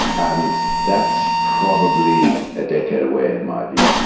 and that's probably a decade away, in my view,